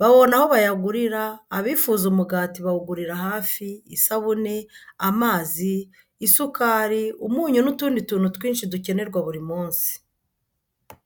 babona aho bayagurira, abifuza umugati bawugurira hafi, isabune, amazi, isukari, umunyu n'utundi tuntu twinshi dukenerwa buri munsi.